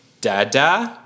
Dada